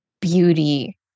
beauty